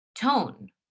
tone